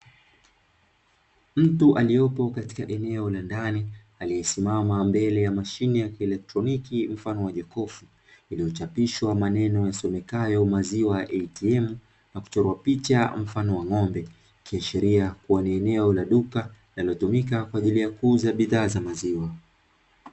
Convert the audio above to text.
Mtu aliyopo katika eneo la ndani aliyesimama mbele ya mashine ya kieletroniki mfano wa jokofu. Iliyochapishwa maneno yasomekayo "maziwa ATM". Na kuchorwa picha mfano wa ng'ombe likiashikiria kuwa ni eneo la duka linalotumika kwajili kuuza bidhaa za maziwa.